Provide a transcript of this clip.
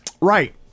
right